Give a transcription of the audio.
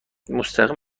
مستقیم